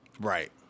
Right